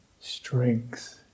strength